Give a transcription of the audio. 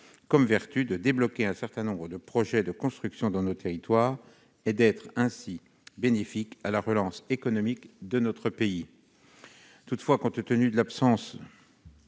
comme vertu de débloquer un certain nombre de projets de construction dans nos territoires et d'être ainsi bénéfique à la relance économique de notre pays. Toutefois, compte tenu de l'absence